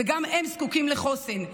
וגם הם זקוקים לחוסן.